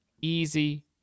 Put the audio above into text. easy